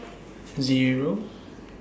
Zero